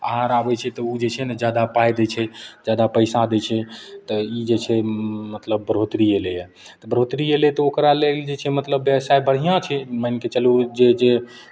आहार आबै छै तऽ ओ जे छै ने जादा पाइ दै छै जादा पैसा दै छै तऽ ई जे छै मतलब बढ़ोतरी एलैए तऽ बढ़ोतरी एलैए तऽ ओकरा लेल जे छै मतलब व्यवसाय बढ़िआँ छै मानि कऽ चलू जे जे